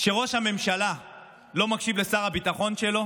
שראש הממשלה לא מקשיב לשר הביטחון שלו